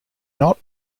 not